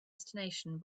destination